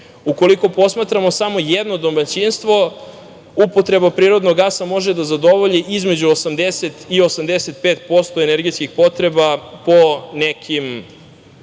goriva. Ukoliko posmatramo samo jedno domaćinstvo, upotreba prirodnog gasa može da zadovolji između 80% i 85% energetskih potreba po nekim